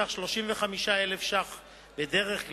בסך 35,000 שקלים בדרך כלל,